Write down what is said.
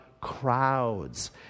crowds